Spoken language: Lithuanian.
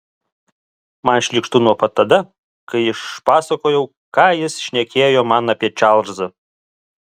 man šlykštu nuo pat tada kai išpasakojau ką jis šnekėjo man apie čarlzą